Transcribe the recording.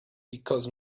because